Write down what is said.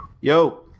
Yo